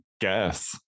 Guess